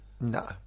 No